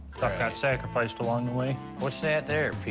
stuff got sacrificed along the way. what's that there, petey?